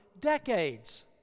decades